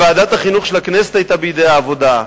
וועדת החינוך של הכנסת היתה בידי העבודה,